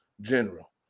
general